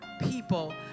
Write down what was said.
people